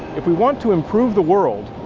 if we want to improve the world,